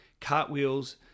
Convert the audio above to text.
Cartwheels